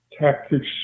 tactics